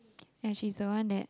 ya she's the one that